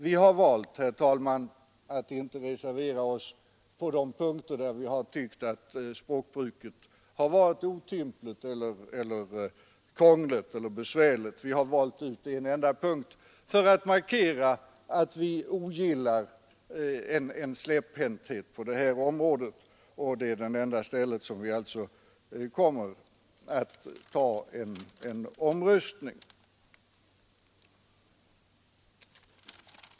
Vi har valt, herr talman, att inte reservera oss på alla punkter, där vi tyckt att språkbruket varit otympligt, krångligt och besvärligt. Vi har valt ut en enda fråga för att markera att vi ogillar släpphäntheten på detta område. Det blir det enda ställe där vi i formfrågorna kommer att begära omröstning.